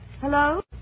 Hello